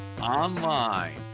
Online